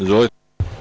Izvolite.